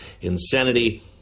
Insanity